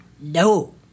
No